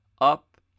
up